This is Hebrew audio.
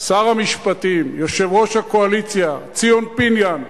שר המשפטים, יושב-ראש הקואליציה, ציון פיניאן,